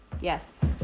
Yes